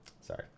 Sorry